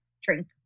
drink